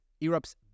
Europe's